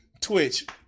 Twitch